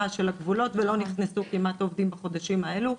של הגבולות ולא נכנסו כמעט עובדים בחודשים האלו.